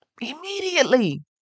Immediately